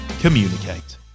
communicate